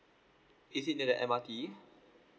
is it near the M_R_T